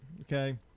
okay